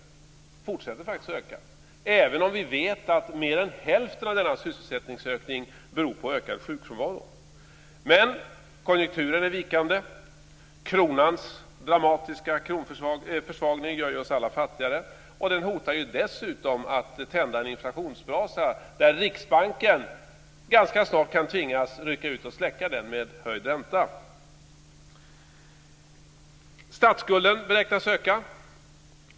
Den fortsätter faktiskt att öka, även om vi vet att mer än hälften av denna sysselsättningsökning beror på ökad sjukfrånvaro. Men konjunkturen är vikande, och den dramatiska kronförsvagningen gör oss alla fattigare. Den hotar dessutom att tända en inflationsbrasa som Riksbanken ganska snart kan tvingas rycka ut och släcka med höjd ränta. Statsskulden beräknas öka.